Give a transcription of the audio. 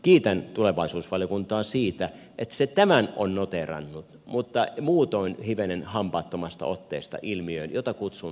kiitän tulevaisuusvaliokuntaa siitä että se tämän on noteerannut mutta muutoin on hivenen hampaaton ote ilmiöön jota kutsun innovaatiovuodoksi